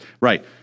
Right